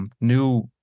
new